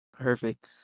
Perfect